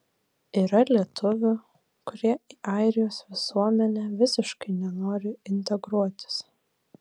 yra lietuvių kurie į airijos visuomenę visiškai nenori integruotis